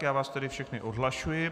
Já vás tedy všechny odhlašuji.